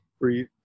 breathe